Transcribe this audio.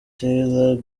taylor